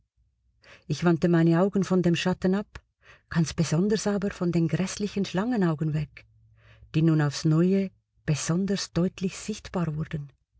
ich wandte meine augen von dem schatten ab ganz besonders aber von den gräßlichen schlangenaugen weg die nun aufs neue besonders deutlich sichtbar wurden